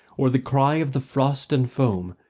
or the cry of the frost and foam,